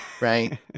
right